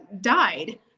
died